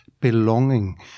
belonging